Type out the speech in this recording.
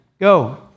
Go